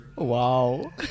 Wow